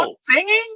singing